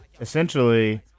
essentially